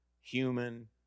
human